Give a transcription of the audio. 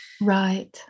Right